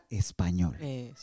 español